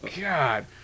God